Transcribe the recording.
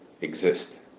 exist